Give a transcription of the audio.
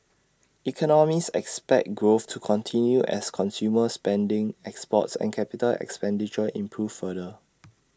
economists expect growth to continue as consumer spending exports and capital expenditure improve further